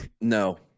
no